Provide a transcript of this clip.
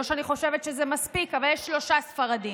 לא שאני חושבת שזה מספיק, אבל יש שלושה ספרדים.